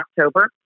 October